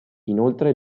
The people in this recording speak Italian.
inoltre